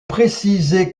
précisé